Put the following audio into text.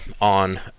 on